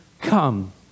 come